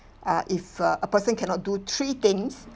uh if uh a person cannot do three things